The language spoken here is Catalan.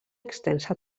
extensa